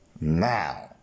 Now